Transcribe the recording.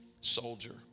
soldier